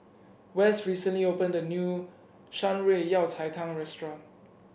Wes recently opened a new Shan Rui Yao Cai Tang restaurant